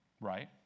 Right